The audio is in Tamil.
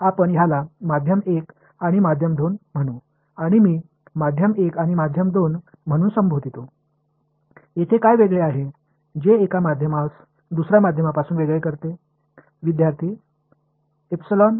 எனவே இந்த ஊடகத்தை 1 மற்றும் இந்த ஊடகத்தை 2 என்று அழைப்போம் இந்த இரண்டு ஊடகங்களுக்கு இடையே உள்ள வேறுபாடு என்ன ஒரு ஊடகத்தை மற்றொரு ஊடகத்திலிருந்து வேறுபடுத்துவது எது